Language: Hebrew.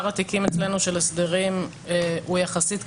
התיקים אצלנו של הסדרים הוא יחסית קטן.